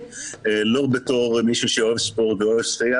לא בתור מישהו שאוהב ספורט ואוהב שחייה